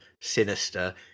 sinister